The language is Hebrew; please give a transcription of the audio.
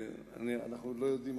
אנחנו עוד לא יודעים,